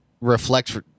reflects